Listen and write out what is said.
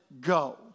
go